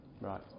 Right